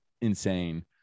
insane